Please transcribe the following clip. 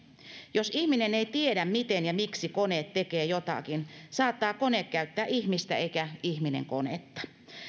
jos ihminen ei tiedä miten ja miksi kone tekee jotakin saattaa kone käyttää ihmistä eikä ihminen konetta